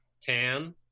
tan